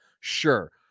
sure